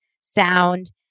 sound